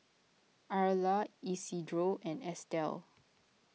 Arla Isidro and Estel